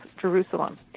Jerusalem